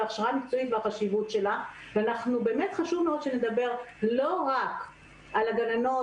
הכשרה מקצועית והחשיבות שלה ובאמת חשוב מאוד שנדבר לא רק על הגננות,